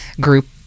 group